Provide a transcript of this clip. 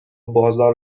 بازار